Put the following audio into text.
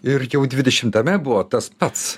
ir jau dvidešimtame buvo tas pats